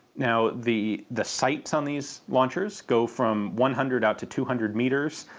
now the the sights on these launchers go from one hundred out to two hundred metres.